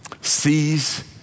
sees